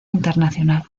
internacional